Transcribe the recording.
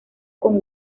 con